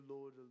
Lord